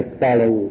follow